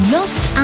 Lost